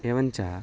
एवञ्च